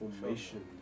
formation